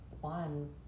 one